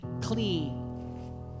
clean